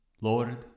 Lord